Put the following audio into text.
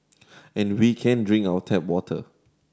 and we can drink out tap water